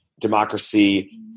democracy